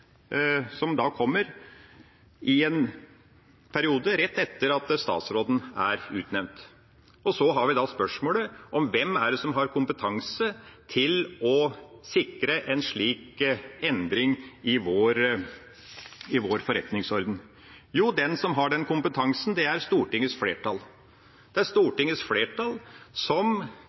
som da kommer i en periode rett etter at statsråden er utnevnt. Så har vi spørsmålet om hvem som har kompetanse til å sikre en slik endring i vår forretningsorden. Jo, den som har den kompetansen, er Stortingets flertall. Det er Stortingets flertall som